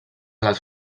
les